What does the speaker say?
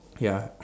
ya